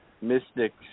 mystics